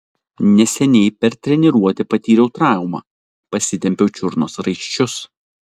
neseniai per treniruotę patyriau traumą pasitempiau čiurnos raiščius